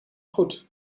goed